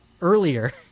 earlier